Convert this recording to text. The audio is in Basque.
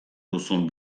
duzun